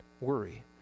worry